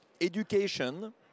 education